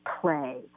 play